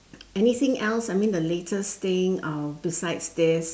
anything else I mean the latest thing uh besides this